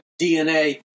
DNA